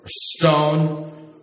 stone